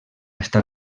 estar